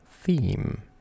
theme